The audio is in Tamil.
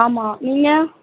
ஆமாம் நீங்கள்